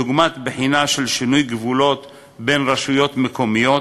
דוגמת בחינה של שינוי גבולות בין רשויות מקומיות,